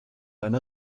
eine